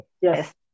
Yes